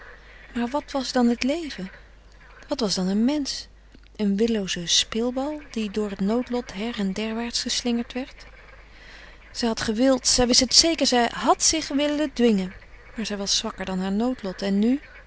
maar wat was dan het leven wat was dan een mensch een willooze speelbal die door het noodlot her en derwaarts geslingerd werd zij had gewild zij wist het zeker zij had zich willen dwingen maar zij was zwakker dan haar noodlot en nu